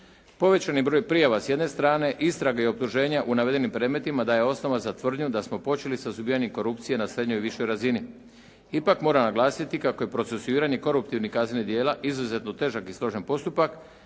Povećan je broj prijava s jedne strane, istrage i optuženja u navedenim predmetima daje osnova za tvrdnju da smo počeli sa suzbijanjem korupcije na srednjoj i višoj razini. Ipak moram naglasiti kako je procesuiranje koruptivnih kaznenih djela izuzetno težak i složen postupak